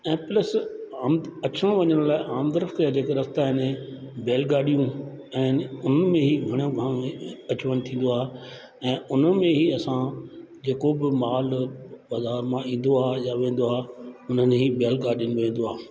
ऐं प्लस अम अचण वञण जे लाइ आमदरफ़्त जा जेके रस्ता आहिनि बैलगाड़ियूं आहिनि ऐं उन्हनि में घणा महिल अचणु वञणु थींदो आहे ऐं उन्हनि में ई असां जेको बि माल बाज़ारि मां ईंदो आहे या वेंदो आहे हिन में ई बैलगाड़ियुनि में ईंदो आहे